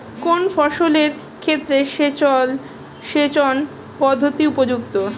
কোন ফসলের ক্ষেত্রে সেচন পদ্ধতি উপযুক্ত?